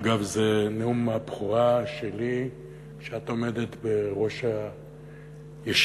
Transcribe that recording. אגב, זה נאום הבכורה שלי כשאת עומדת בראש הישיבה.